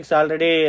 already